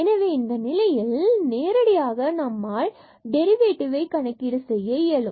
எனவே இந்த நிலையில் நம்மால் நேரடியாக டெரிவேடிவ் கணக்கீடு செய்ய இயலும்